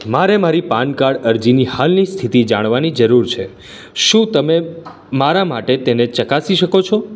મારે મારી PAN card અરજીની હાલની સ્થિતિ જાણવાની જરુર છે શું તમે મારા માટે તેને ચકાસી શકો છો